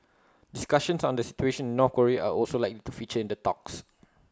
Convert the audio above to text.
discussions on the situation in North Korea are also likely to feature in the talks